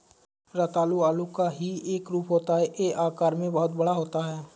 रतालू आलू का ही एक रूप होता है यह आकार में बहुत बड़ा होता है